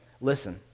listen